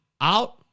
out